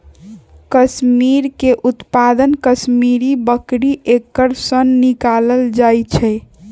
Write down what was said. कस्मिरीके उत्पादन कस्मिरि बकरी एकर सन निकालल जाइ छै